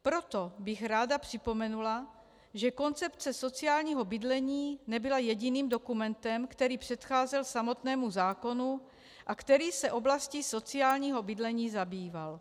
Proto bych ráda připomenula, že koncepce sociálního bydlení nebyla jediným dokumentem, který předcházel samotnému zákonu a který se oblastí sociálního bydlení zabýval.